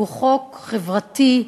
הוא חוק חברתי,